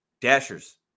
Dashers